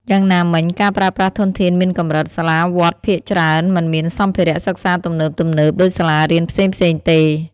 យ៉ាងណាមិញ ការប្រើប្រាស់ធនធានមានកម្រិត សាលាវត្តភាគច្រើនមិនមានសម្ភារៈសិក្សាទំនើបៗដូចសាលារៀនផ្សេងៗទេ។